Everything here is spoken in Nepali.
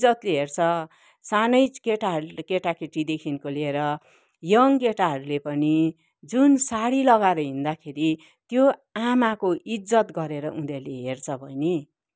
इज्जतले हेर्छ सानै केटाहरू केटा केटीदेखिको लिएर यङ केटाहरूले पनि जुन सारी लगाएर हिँड्दाखेरि त्यो आमाको इज्जत गरेर उनीहरूले हेर्छ भने